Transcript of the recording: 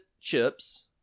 chips